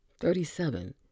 Thirty-seven